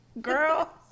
girl